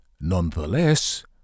Nonetheless